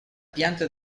pianta